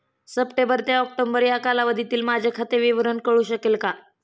September ते ऑक्टोबर या कालावधीतील माझे खाते विवरण कळू शकेल का?